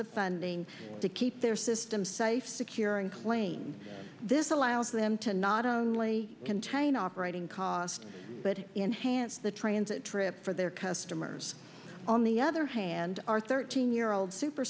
of funding to keep their system safe secure and clane this allows them to not only contain operating cost but enhanced the transit trip for their customers on the other hand our thirteen year old super